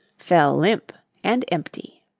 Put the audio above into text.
fell limp and empty.